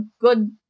good